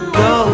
go